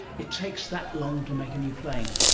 it takes that long to make a new plane.